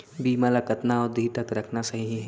बीमा ल कतना अवधि तक रखना सही हे?